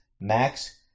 Max